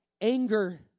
anger